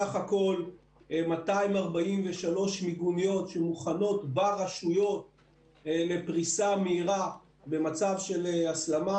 סך הכול 243 מיגוניות שמוכנות ברשויות לפריסה מהירה במצב של הסלמה,